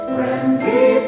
Friendly